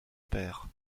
père